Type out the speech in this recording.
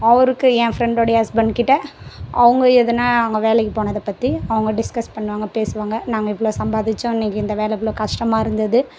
அவருக்கு என் ஃப்ரெண்டுடைய ஹஸ்பண்ட்கிட்ட அவங்க எதனா அவங்க வேலைக்கு போனதை பற்றி அவங்க டிஸ்கஸ் பண்ணுவாங்க பேசுவாங்க நாங்கள் இவ்வளோ சம்பாதிச்தோம் இன்னைக்கு இந்த வேலை இவ்வளோ கஷ்டமாக இருந்தது